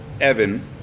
Evan